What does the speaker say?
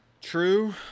True